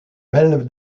belle